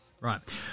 Right